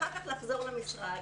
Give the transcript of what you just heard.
אחר כך לחזור למשרד,